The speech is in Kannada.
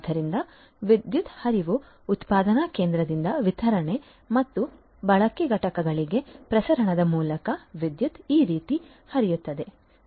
ಆದ್ದರಿಂದ ವಿದ್ಯುತ್ ಹರಿವು ಉತ್ಪಾದನಾ ಕೇಂದ್ರದಿಂದ ವಿತರಣೆ ಮತ್ತು ಬಳಕೆ ಘಟಕಗಳಿಗೆ ಪ್ರಸರಣದ ಮೂಲಕ ವಿದ್ಯುತ್ ಈ ರೀತಿ ಹರಿಯುತ್ತದೆ